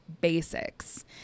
basics